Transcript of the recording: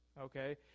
okay